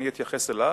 אני אתייחס אליו,